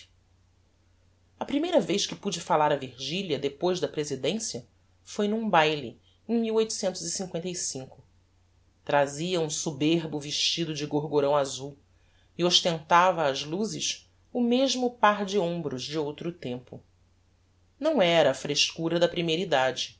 a primeira vez que pude falar a virgilia depois da presidencia foi n'um baile em trazia um soberbo vestido de gorgorão azul e ostentava ás luzes o mesmo par de hombros de outro tempo não era a frescura da primeira edade